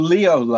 Leo